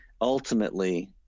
ultimately